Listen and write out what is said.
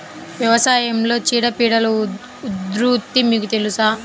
వ్యవసాయంలో చీడపీడల ఉధృతి మీకు తెలుసా?